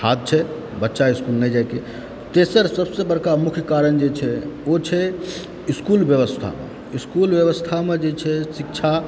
हाथ छै बच्चा स्कूल नहि जाइके तेसर सभसे बड़का मुख्य कारण जे छै ओ छै इस्कूल व्यवस्था इस्कूल व्यवस्थामे जे छै शिक्षा